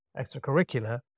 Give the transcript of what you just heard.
extracurricular